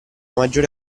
maggiore